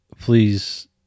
please